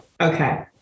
Okay